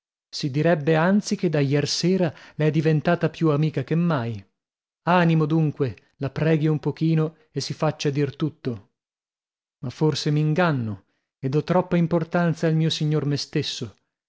si direbbe anzi che da iersera le è diventata più amica che mai animo dunque la preghi un pochino e si faccia dir tutto ma forse m'inganno e do troppa importanza al mio signor me stesso